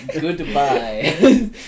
Goodbye